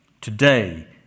Today